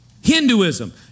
Hinduism